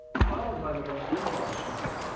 followed by the rush limbaugh show,